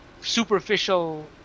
superficial